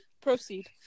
proceed